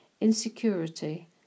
insecurity